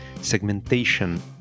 segmentation